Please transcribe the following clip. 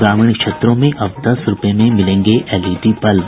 ग्रामीण क्षेत्रों में अब दस रूपये में मिलेंगे एलईडी बल्ब